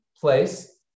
place